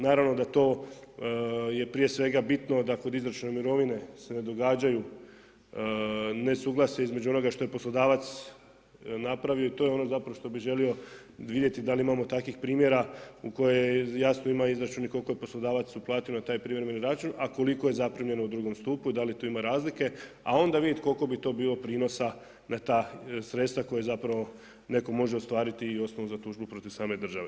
Naravno da to je prije svega bitno da kod izračuna mirovine se događaju nesuglasja između onoga što je poslodavac napravio i to je ono što bi želio vidjeti da li imamo takvih primjera u kojoj jasno ima izračun i koliko je poslodavac uplatio na taj privremeni račun, a koliko je zaprimljeno u drugom stupu, dali tu ima razlike, a onda vidjeti koliko bi to bilo prinosa na ta sredstva koja zapravo neko može ostvariti i osnovu za tužbu protiv same države.